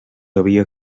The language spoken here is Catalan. havia